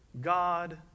God